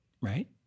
right